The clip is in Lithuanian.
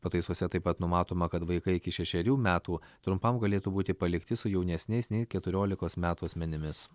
pataisose taip pat numatoma kad vaikai iki šešerių metų trumpam galėtų būti palikti su jaunesniais nei keturiolikos metų asmenimis